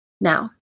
Now